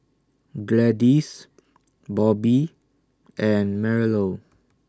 Gladyce Bobby and Marilou